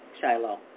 shiloh